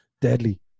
deadly